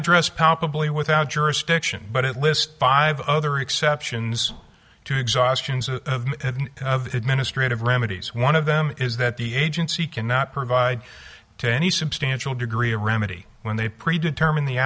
address palpably without jurisdiction but it lists five other exceptions to exhaustions administrative remedies one of them is that the agency cannot provide to any substantial degree a remedy when they predetermine the